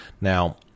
Now